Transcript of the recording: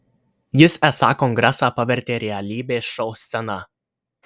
jis esą kongresą pavertė realybės šou scena